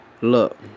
Look